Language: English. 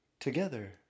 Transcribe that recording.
Together